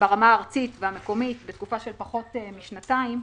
ברמה הארצית והמקומית בתקופה של פחות משנתיים,